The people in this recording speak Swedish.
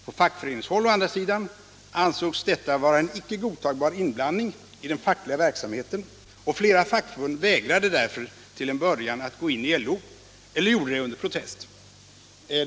På fackföreningshåll å andra sidan ansågs detta vara en icke godtagbar inblandning i den fackliga verksamheten, och flera fackförbund vägrade därför till en början att gå in i LO eller gjorde det under protest.